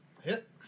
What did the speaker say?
Hit